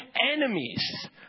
enemies